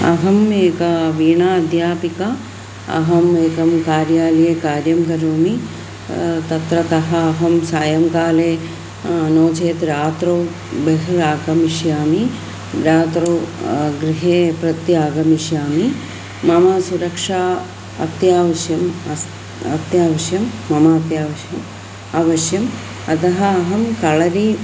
अहम् एका वीणा अध्यापिका अहम् एकं कार्यालये कार्यं करोमि तत्रतः अहं सायङ्काले नो चेत् रात्रौ बहिरागमिष्यामि रात्रौ गृहे प्रत्यागमिष्यामि मम सुरक्षा अत्यावश्यकी अस्त् अत्यावश्यं मम अपि आवश्यकम् आवश्यकम् अतः अहं कळरी